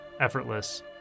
effortless